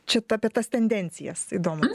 čiat apie tas tendencijas įdomu